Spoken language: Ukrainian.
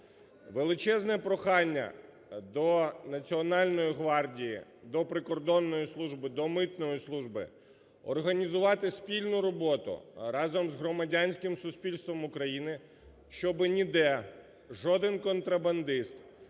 Велике прохання до Національної гвардії, до Прикордонної служби, до Митної служби організувати спільну роботу разом з громадянським суспільством України, щоби ніде жоден контрабандист,